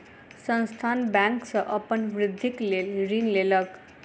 संस्थान बैंक सॅ अपन वृद्धिक लेल ऋण लेलक